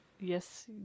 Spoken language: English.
yes